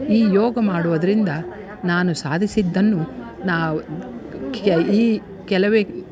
ಈ ಯೋಗ ಮಾಡೋದರಿಂದ ನಾನು ಸಾಧಿಸಿದ್ದನ್ನು ನಾವು ಕ್ ಈ ಕೆಲವೇ